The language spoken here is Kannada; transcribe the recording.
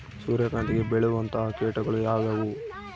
ಸೂರ್ಯಕಾಂತಿಗೆ ಬೇಳುವಂತಹ ಕೇಟಗಳು ಯಾವ್ಯಾವು?